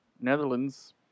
Netherlands